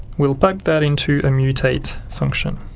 we'll pipe that into a mutate function